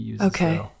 okay